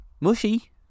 Mushy